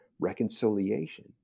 reconciliation